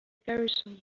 garrison